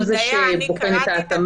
הוא זה שבוחן את ההתאמה,